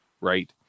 right